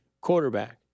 quarterback